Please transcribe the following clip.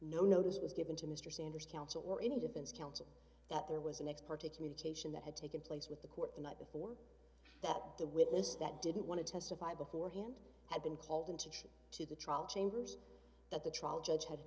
no notice was given to mr sanders counsel or any defense counsel that there was an ex parte communication that had taken place with the court the night before that the witness that didn't want to testify before hand had been called into question to the trial chamber's that the trial judge had